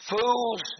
Fools